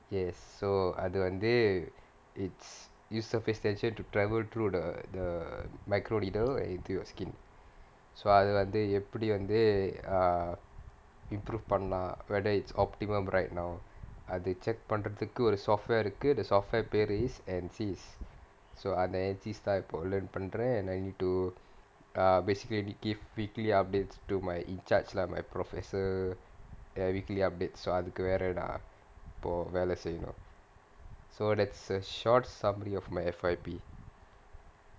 yes so அது வந்து:athu vanthu it's use surface tension to travel through th~ the micro needle into your skin so அது வந்து எப்படி வந்து:athu vanthu eppadi vanthu err improve பண்லாம்:panlaam whether it's optimum right now uh அது:athu check பண்றதுக்கு ஒரு:pandrathukku oru software இருக்கு:irukku the software பேரு:paeru is and sees so அந்த:antha and sees தான் இப்போ:than ippo learn பண்றேன்:pandraen and I need to uh basically give weekly updates to my in charge lah my professor ya weekly update so அதுக்கு வேற நான் இப்போ வேல செய்யனும்:athukku vera naan ippo vela seiyanum so that's a short summary of my F_Y_P